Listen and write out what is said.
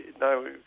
no